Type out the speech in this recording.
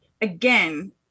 again